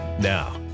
Now